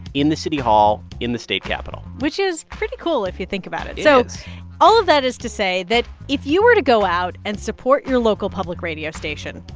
in the city hall, in the state capitol which is pretty cool if you think about it it is so all of that is to say that if you were to go out and support your local public radio station,